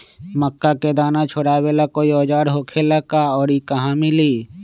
मक्का के दाना छोराबेला कोई औजार होखेला का और इ कहा मिली?